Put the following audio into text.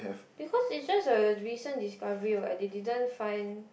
because it's just a recent discovery what they didn't find